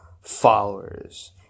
followers